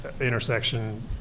intersection